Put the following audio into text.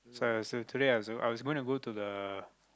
so I was uh today I was I was gonna go to the